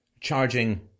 Charging